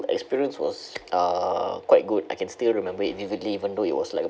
experience was uh quite good I can still remember it vividly even though it was like